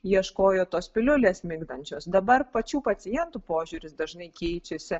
ieškojo tos piliulės migdančios dabar pačių pacientų požiūris dažnai keičiasi